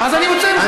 אז אני מוציא אותך.